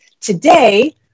today